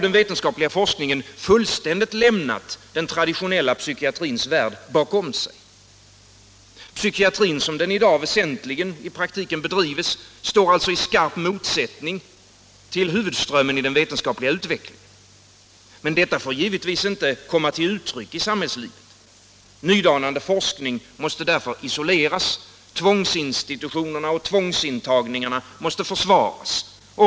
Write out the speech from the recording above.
Den vetenskapliga forskningen har ju fullständigt lämnat den traditionella psykiatrins värld bakom sig. Psykiatrin som den i dag väsentligen i praktiken bedrivs står alltså i skarp motsättning till huvudströmmen i den vetenskapliga utvecklingen. Men detta får givetvis inte komma till uttryck i samhällslivet. Nydanande forskning måste därför isoleras. Tvångsinstitutionerna och tvångsintagningarna måste försvaras.